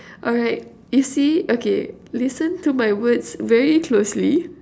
alright you see okay listen to my words very closely